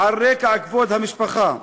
על רקע כבוד המשפחה,